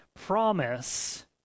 promise